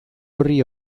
orri